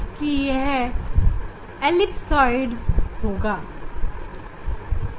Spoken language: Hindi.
यह एलिपसॉयड होगी